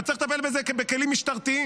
אבל צריך לטפל בזה בכלים משטרתיים,